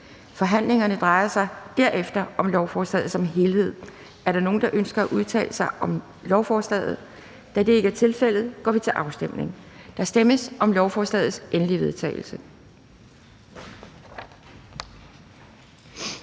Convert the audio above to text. Forhandlingen drejer sig derefter om lovforslaget som helhed. Er der nogen, der ønsker at udtale sig om lovforslaget? Da det ikke er tilfældet, går vi til afstemning. Kl. 11:24 Afstemning Anden